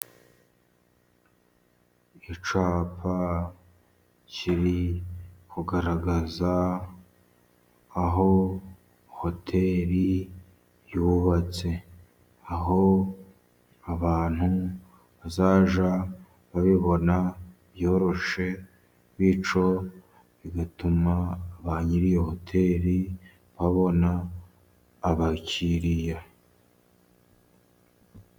Icyapa kiri kugaragaza aho hoteri yubatse, aho abantu bazajya babibona byoroshye, bityo bigatuma ba nyiri iyo hoteri babona abakiriya.